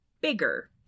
bigger